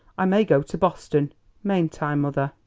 i may go to boston mayn't i, mother?